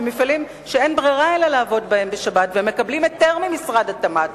במפעלים שאין ברירה אלא לעבוד בהם בשבת והם מקבלים היתר ממשרד התמ"ת